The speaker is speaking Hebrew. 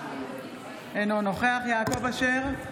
אינו נוכח יעקב אשר,